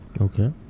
Okay